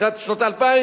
תחילת שנות האלפיים,